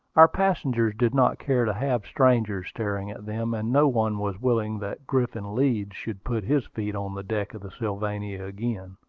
our passengers did not care to have strangers staring at them, and no one was willing that griffin leeds should put his feet on the deck of the sylvania again.